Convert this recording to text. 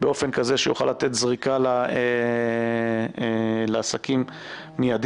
באופן כזה שתוכל לתת זריקה לעסקים מיידית;